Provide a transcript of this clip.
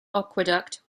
aqueduct